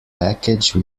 package